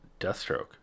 Deathstroke